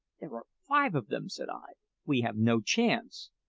there are five of them, said i we have no chance.